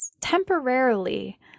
temporarily